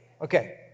Okay